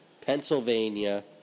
Pennsylvania